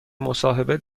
مصاحبه